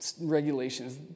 regulations